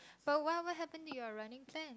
but what what happen to your running plan